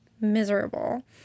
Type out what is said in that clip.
miserable